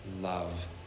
love